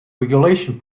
regulation